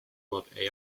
love